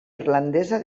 irlandesa